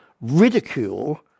ridicule